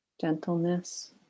Gentleness